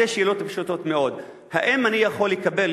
שתי שאלות פשוטות מאוד: האם אני יכול לקבל,